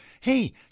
hey